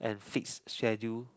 and fixed schedule